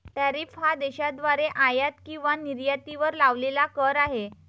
tariff हा देशाद्वारे आयात किंवा निर्यातीवर लावलेला कर आहे